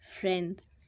friends